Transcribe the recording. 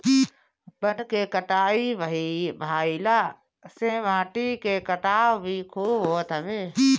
वन के कटाई भाइला से माटी के कटाव भी खूब होत हवे